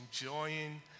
enjoying